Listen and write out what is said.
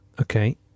okay